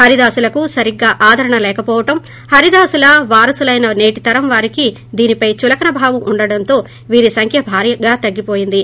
హరిదాసులకు సరిగ్గా ఆదరణ లేకపోవడం హరిదాసుల వారసులైన నేటి తరం వారికీ దీనిపై చులకన భావన ఉండటంతో వీరి సంఖ్య భారిగా తగ్గిపోయింది